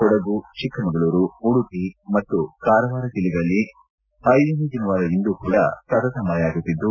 ಕೊಡಗು ಚಿಕ್ಕಮಗಳೂರು ಉಡುಪಿ ಮತ್ತು ಕಾರವಾರ ಜಿಲ್ಲೆಗಳಲ್ಲಿ ಐದನೇ ದಿನವಾದ ಇಂದು ಕೂಡಾ ಸತತ ಮಳೆಯಾಗುತ್ತಿದ್ದು